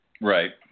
Right